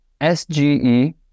SGE